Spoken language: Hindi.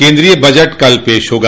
केन्द्रीय बजट कल पेश होगा